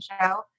show